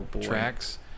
tracks